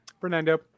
Fernando